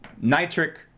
nitric